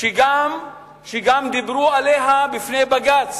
שגם דיברו עליה בפני בג"ץ.